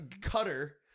Cutter